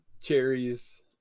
cherries